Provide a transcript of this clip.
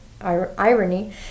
irony